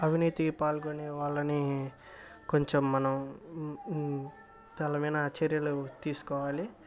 అవినీతి పాల్గొనే వాళ్ళనీ కొంచెం మనం తలమీనా చర్యలు తీసుకోవాలి